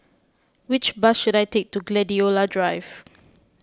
which bus should I take to Gladiola Drive